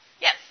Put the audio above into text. Yes